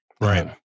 Right